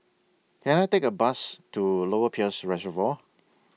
Can I Take A Bus to Lower Peirce Reservoir